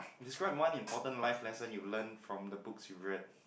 describe one important life lesson you've learn from the books you've read